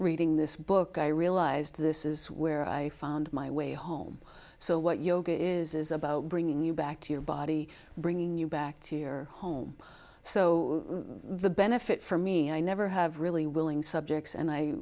reading this book i realized this is where i found my way home so what yoga is is about bringing you back to your body bringing you back to your home so the benefit for me i never have really willing subjects and i